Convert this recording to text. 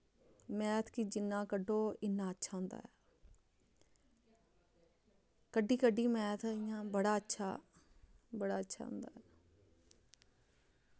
math गी जिन्ना कड्ढो इन्ना अच्छा होंदा ऐ कढ्डी कढ्डी मैथ इ'यां बड़ा अच्छा बड़ा अच्छा